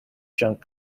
junk